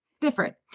different